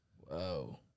Whoa